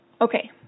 Okay